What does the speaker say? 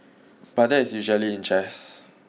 but that is usually in jest